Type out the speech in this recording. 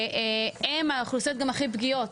ואלו הן גם האוכלוסיות הכי פגיעות.